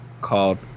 called